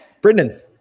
Brendan